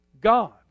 God